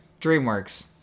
DreamWorks